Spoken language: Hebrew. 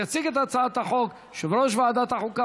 יציג את הצעת החוק יושב-ראש ועדת החוקה,